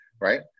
right